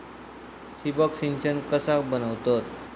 ठिबक सिंचन कसा बनवतत?